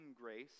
grace